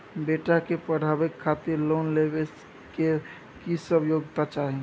बेटा के पढाबै खातिर लोन लेबै के की सब योग्यता चाही?